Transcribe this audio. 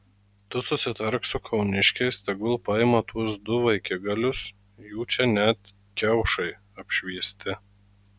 tu susitark su kauniškiais tegul paima tuos du vaikigalius jų čia net kiaušai apšviesti